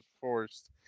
forced